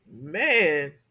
Man